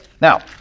now